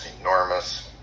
enormous